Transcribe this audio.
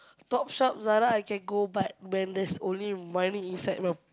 top shop Zara I can go but when there's only money inside my